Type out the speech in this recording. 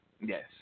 yes